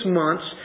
months